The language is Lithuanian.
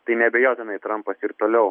tai neabejotinai trampas ir toliau